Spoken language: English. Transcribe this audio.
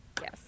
Yes